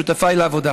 שותפיי לעבודה.